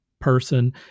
person